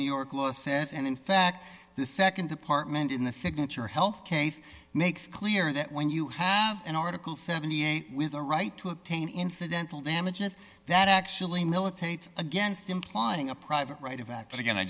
new york law says and in fact the nd department in the signature health case makes clear that when you have an article seventy eight with a right to obtain incidental damages that actually militates against implying a private right of act again i